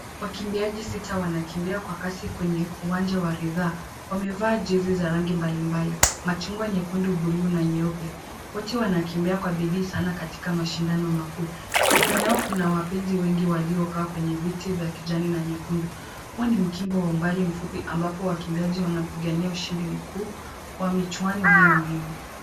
Wakimbiaji sita wanakimbia kwa kasi kwenye uwanja wa ridhaa. Wamevaa jezi za rangi mbalimbali machungwa, nyekundu, bluu na nyeupe. Wote wanakimbia kwa bidii sana katika mashindano makuu. Nyuma yao kuna mapenzi wengi waliokaa kwenye viti vya kijani na nyekundu. Huu ni mkimbo wa umbali mfupi ambapo wakimbiaji wanapigania ushindi mkuu wa michuano hii muhimu.